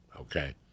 Okay